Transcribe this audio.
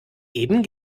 eben